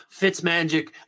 Fitzmagic